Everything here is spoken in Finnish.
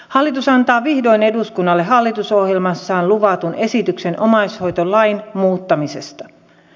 hallitus antaa vihdoin eduskunnalle hallitusohjelmassaan luvatun esityksen omaishoitolain muuttamisesta